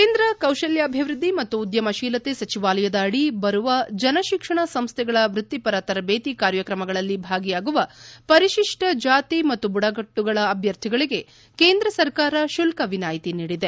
ಕೇಂದ್ರ ಕೌಶಲ್ಲಾಭಿವೃದ್ದಿ ಮತ್ತು ಉದ್ಲಮಶೀಲತೆ ಸಚಿವಾಲಯದ ಅಡಿ ಬರುವ ಜನಶಿಕ್ಷಣ ಸಂಸ್ಥೆಗಳ ವೃತ್ತಿಪರ ತರಬೇತಿ ಕಾರ್ಯಕ್ರಮಗಳಲ್ಲಿ ಭಾಗಿಯಾಗುವ ಪರಿಶಿಷ್ಟ ಜಾತಿ ಮತ್ತು ಬುಡಕಟ್ಲುಗಳ ಅಭ್ಯರ್ಥಿಗಳಿಗೆ ಕೇಂದ್ರ ಸರ್ಕಾರ ಶುಲ್ಲ ವಿನಾಯಿತಿ ನೀಡಿದೆ